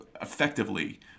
effectively